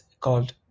called